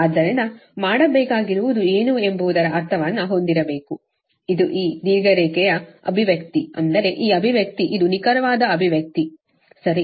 ಆದ್ದರಿಂದ ಮಾಡಬೇಕಾಗಿರುವುದು ಏನು ಎಂಬುದರ ಅರ್ಥವನ್ನು ಹೊಂದಿರಬೇಕು ಇದು ಈ ದೀರ್ಘ ರೇಖೆಯ ಅಭಿವ್ಯಕ್ತಿ ಅಂದರೆ ಈ ಅಭಿವ್ಯಕ್ತಿ ಇದು ನಿಖರವಾದ ಅಭಿವ್ಯಕ್ತಿ ಸರಿ